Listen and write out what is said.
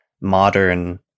modern